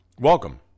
Welcome